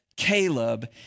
Caleb